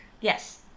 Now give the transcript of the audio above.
Yes